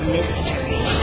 Mystery